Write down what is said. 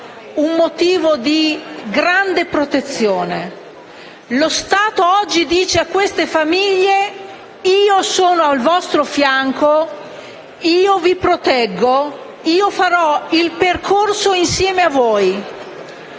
un senso di grande protezione. Lo Stato oggi dice a queste famiglie: io sono al vostro fianco, io vi proteggo, io farò il percorso insieme a voi.